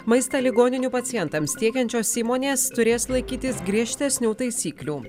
maistą ligoninių pacientams tiekiančios įmonės turės laikytis griežtesnių taisyklių